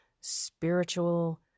spiritual